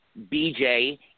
BJ